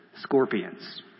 scorpions